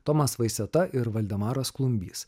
tomas vaiseta ir valdemaras klumbys